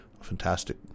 Fantastic